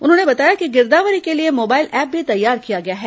उन्होंने बताया कि गिरदावरी के लिए मोबाइल ऐप भी तैयार किया गया है